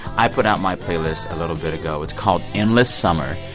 i put out my playlist a little bit ago. it's called endless summer.